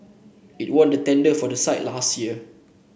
it won the tender for that site last year